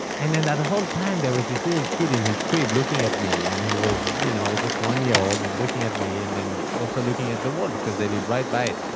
and then that whole time there was this little kid in his crib looking at me and he was you know just one year old and looking at me and and also looking at the wall because they live right by it.